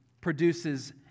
produces